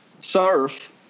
surf